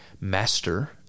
master